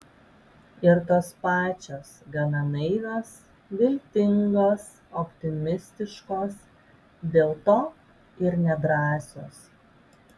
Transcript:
ir tos pačios gana naivios viltingos optimistiškos dėl to ir nedrąsios